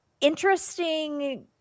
interesting